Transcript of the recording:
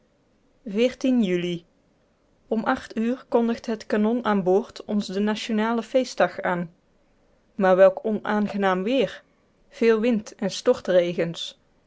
juli om acht uur kondigt het kanon aan boord ons den nationalen feestdag aan maar welk onaangenaam weer veel wind en